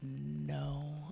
No